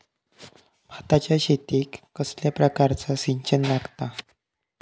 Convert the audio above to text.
भाताच्या शेतीक कसल्या प्रकारचा सिंचन लागता?